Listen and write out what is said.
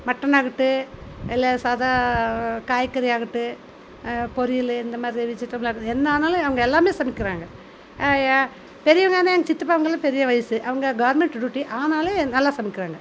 மட்டனாகட்டும் இல்லை சாதா காய்கறி ஆகட்டும் பொரியல் இந்த மாதிரி வெஜிடபிள் என்ன ஆனாலும் அவங்க எல்லாமே சமைக்கிறாங்கள் பெரியவங்கன்னா எங்கள் சித்தப்பா அவங்களாக பெரிய வயசு அவங்க கவர்மெண்ட் டியூட்டி ஆனாலும் நல்லா சமைக்கிறாங்க